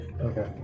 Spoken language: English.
Okay